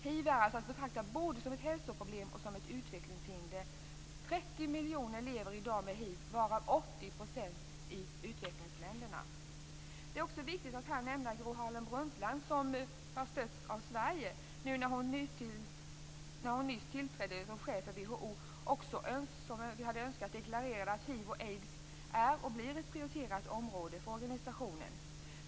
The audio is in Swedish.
Hiv är att betrakta både som ett hälsoproblem och som ett utvecklingshinder. 30 miljoner människor lever i dag med hiv, varav 80 % i utvecklingsländerna. Det är också viktigt att här nämna Gro Harlem Brundtland. Hon har stötts av Sverige när hon som nytillträdd chef för WHO deklarerat att hiv/aids är och förblir ett prioriterat område för organisationen.